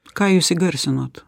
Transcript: ką jūs įgarsinot